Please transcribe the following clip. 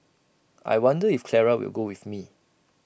I wonder if Clara will go with me